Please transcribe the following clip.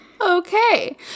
Okay